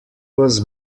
was